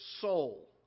soul